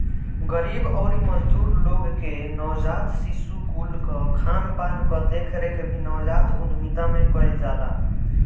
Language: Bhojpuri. गरीब अउरी मजदूर लोग के नवजात शिशु कुल कअ खानपान कअ देखरेख भी नवजात उद्यमिता में कईल जाला